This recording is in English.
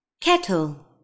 Kettle